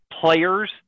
players